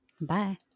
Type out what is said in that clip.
Bye